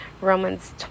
Romans